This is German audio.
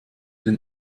den